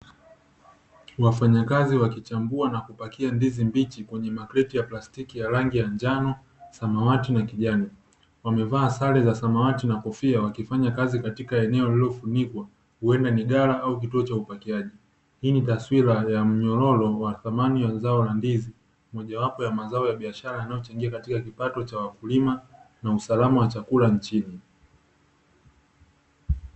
Wafanyakazi wakichambua na kupakia ndizi mbichi kwenye makreti ya plastiki ya rangi ya njano, samawati na kijani, wamevaa sare za samawati na kofia wakifanya kazi katika eneo lililofunikwa huwenda ni dawa au kituo cha upakiaji. Hii ni taswira ya mnyororo wa thamani ya zao la ndizi mojawapo ya mazao ya biashara yanayochangia kipato cha wakulima na usalama wa chakula nchini.